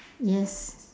yes